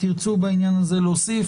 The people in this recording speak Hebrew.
תרצו בעניין הזה להוסיף?